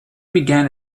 began